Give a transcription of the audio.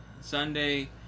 Sunday